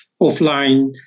offline